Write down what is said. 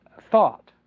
thought